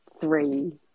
three